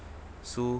so